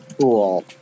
Cool